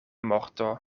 morto